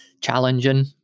challenging